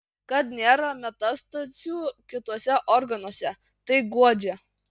kad nėra metastazių kituose organuose tai guodžia